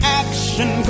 action